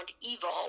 evil